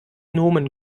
nomen